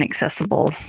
inaccessible